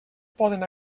poden